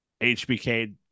HBK